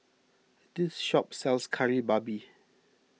this shop sells Kari Babi